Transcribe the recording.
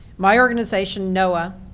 my organization, noaa,